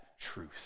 truth